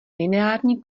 lineární